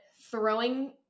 throwing